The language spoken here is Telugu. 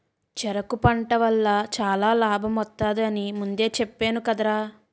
చెరకు పంట వల్ల చాలా లాభమొత్తది అని ముందే చెప్పేను కదరా?